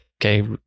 Okay